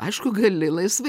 aišku gali laisvai